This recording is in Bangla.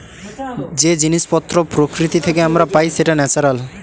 যে জিনিস পত্র প্রকৃতি থেকে আমরা পাই সেটা ন্যাচারাল